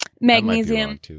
magnesium